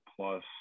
plus